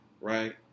right